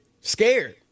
scared